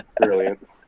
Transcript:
Brilliant